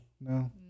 no